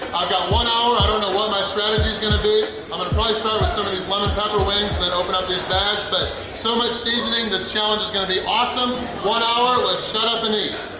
i've got one hour i don't know what my strategy is going to be. i'm going to probably start with some of these lemon pepper wings and then open up these bags. but so much seasoning! this challenge is going to be awesome! one hour, let's shut up and eat!